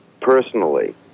personally